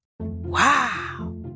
Wow